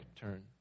turn